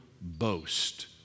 boast